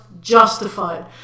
justified